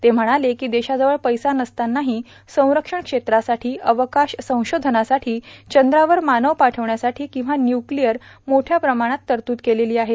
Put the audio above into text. ते म्हणाले देशाजवळ पैसा नसतानाहीं संरक्षण क्षेत्रासाठीं अवकाश संशोधनासाठी चंद्रावर मानव पाठवण्यासाठी किवां न्युक्लियर मोठ्या प्रमाणात तरतूद केली आहे